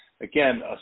again